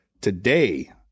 today